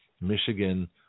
Michigan